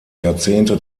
jahrzehnte